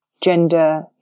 gender